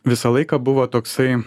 visą laiką buvo toksai